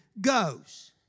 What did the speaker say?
goes